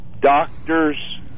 Doctors